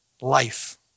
life